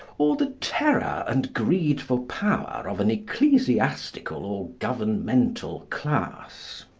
or the terror and greed for power of an ecclesiastical or governmental class.